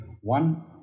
one